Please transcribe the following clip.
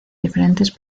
diferentes